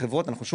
רק מניות